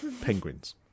Penguins